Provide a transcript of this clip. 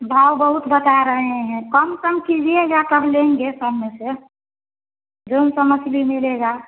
भाव बहुत बता रहे हैं कम सम कीजिएगा तब लेंगे कम में से जवन तो मछली मिलेगा